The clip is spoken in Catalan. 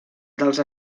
dels